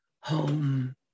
home